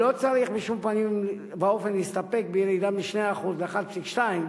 לא צריך בשום פנים ואופן להסתפק בירידה מ-2% ל-1.2%.